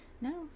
No